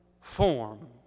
form